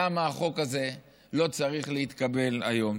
למה החוק הזה לא צריך להתקבל היום?